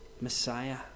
Messiah